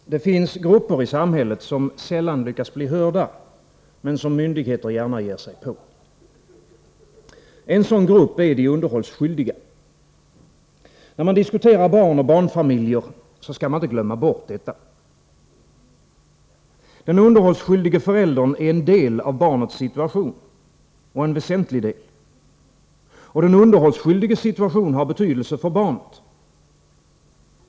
Fru talman! Det finns grupper i samhället som sällan lyckas bli hörda men som myndigheterna gärna ger sig på. En sådan grupp är de underhållsskyldiga. När man diskuterar barn och barnfamiljer skall man inte glömma bort detta. Den underhållsskyldige föräldern är en del av barnets situation — och en väsentlig del. Den underhållsskyldiges situation har betydelse för barnet.